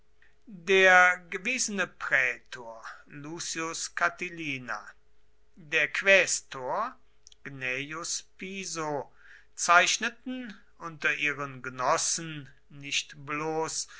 der gewesene prätor lucius catilina der quästor gnaeus piso zeichneten unter ihren genossen nicht bloß